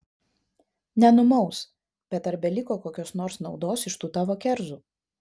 nenumaus bet ar beliko kokios nors naudos iš tų tavo kerzų